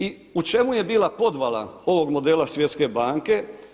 I u čemu je bila podvala ovog modela Svjetske banke?